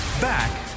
Back